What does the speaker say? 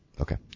Okay